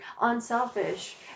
unselfish